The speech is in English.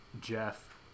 Jeff